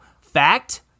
Fact